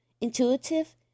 intuitive